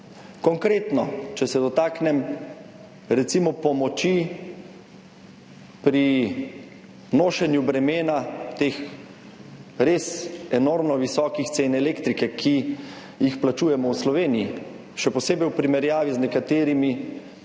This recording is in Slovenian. Konkretno, če se dotaknem, recimo, pomoči pri nošenju bremena teh res enormno visokih cen elektrike, ki jih plačujemo v Sloveniji, še posebej v primerjavi z nekaterimi